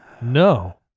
no